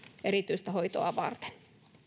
erityistä hoitoa varten